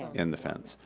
in the fence.